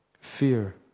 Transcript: Fear